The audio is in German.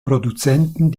produzenten